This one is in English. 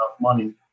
money